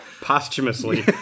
Posthumously